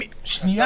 בדיונים זה